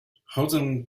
chodzę